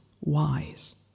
wise